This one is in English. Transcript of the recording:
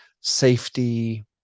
safety